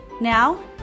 Now